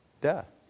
death